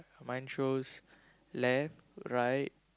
mine shows left right